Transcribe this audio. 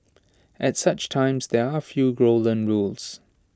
at such times there are A few golden rules